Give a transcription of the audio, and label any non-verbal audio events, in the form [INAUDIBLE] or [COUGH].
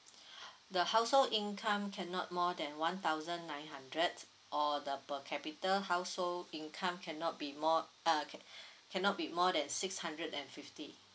[BREATH] the household income cannot more than one thousand nine hundred or the per capita household income cannot be more uh ca~ [BREATH] cannot be more that six hundred and fifty